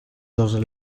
dos